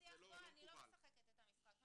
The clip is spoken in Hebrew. אני לא משחקת את המשחק.